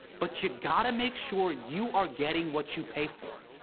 but you got to make sure you are getting what you pay for.